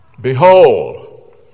behold